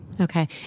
Okay